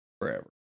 forever